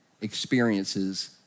experiences